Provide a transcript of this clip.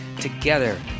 Together